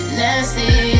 nasty